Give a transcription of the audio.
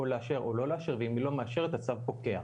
או לאשר או לא לאשר ואם היא לא מאשרת הצו פוקע.